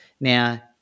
Now